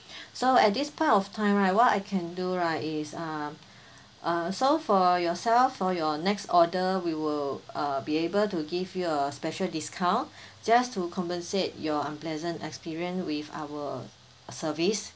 so at this point of time right what I can do right is uh uh so for yourself for your next order we will uh be able to give you a special discount just to compensate your unpleasant experience with our service